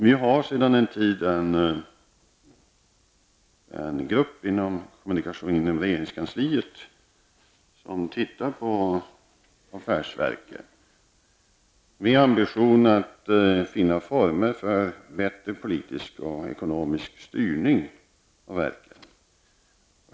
Vi har sedan en tid en grupp inom regeringskansliet som ser över affärsverken med ambition att finna former för bättre politisk och ekonomisk styrning av verken.